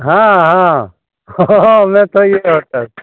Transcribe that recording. हँ हँ मेसोइए होटल